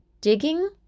digging